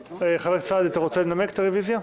חבר הכנסת סעדי, אתה רוצה לנמק את הרוויזיה?